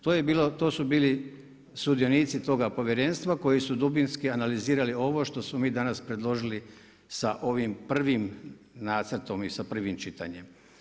To su bili sudionici toga povjerenstva koji su dubinski analizirali ovo što smo mi danas predložili sa ovim prvim nacrtom i sa prvim čitanjem.